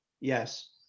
yes